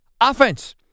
Offense